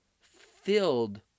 filled